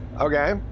Okay